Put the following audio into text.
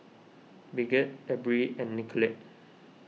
Bridgett Abril and Nicolette